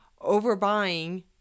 overbuying